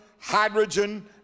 hydrogen